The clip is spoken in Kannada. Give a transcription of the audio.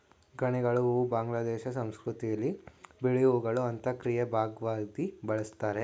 ಗಣಿಗಲು ಹೂ ಬಾಂಗ್ಲಾದೇಶ ಸಂಸ್ಕೃತಿಲಿ ಬಿಳಿ ಹೂಗಳು ಅಂತ್ಯಕ್ರಿಯೆಯ ಭಾಗ್ವಾಗಿ ಬಳುಸ್ತಾರೆ